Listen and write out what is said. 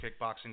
kickboxing